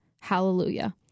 Hallelujah